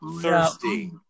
Thirsty